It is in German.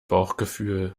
bauchgefühl